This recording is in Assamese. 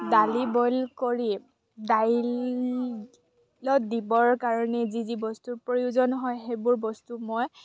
দালি বইল কৰি দাইলত দিবৰ কাৰণে যি যি বস্তুৰ প্ৰয়োজন হয় সেইবোৰ বস্তু মই